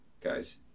guys